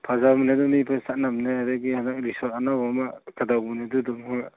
ꯐꯖꯕꯅꯦ ꯑꯗꯨ ꯃꯤ ꯐꯖꯅ ꯆꯠꯅꯕꯅꯦ ꯑꯗꯒꯤ ꯍꯟꯗꯛ ꯔꯤꯖꯣꯔꯠ ꯑꯅꯧꯕ ꯑꯃ ꯀꯩꯗꯧꯕꯅꯤ ꯑꯗꯨꯗꯨ ꯑꯃꯒ